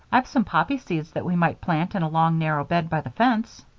i've some poppy seeds that we might plant in a long narrow bed by the fence.